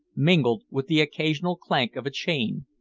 mingled with the occasional clank of a chain,